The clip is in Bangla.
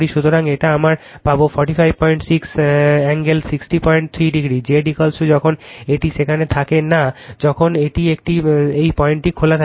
সুতরাং এটা আমরা পাব 456 কোণ 603 ডিগ্রী Z যখন এটি সেখানে থাকে না যখন এটি একটি এই পয়েন্টটি খোলা থাকে